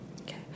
Okay